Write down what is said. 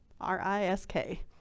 R-I-S-K